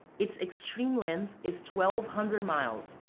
its extreme length is twelve hundred miles,